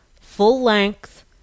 full-length